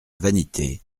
vanité